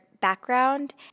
background